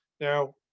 Now